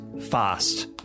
fast